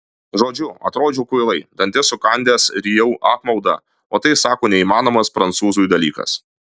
žodžiu atrodžiau kvailai dantis sukandęs rijau apmaudą o tai sako neįmanomas prancūzui dalykas